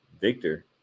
Victor